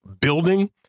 building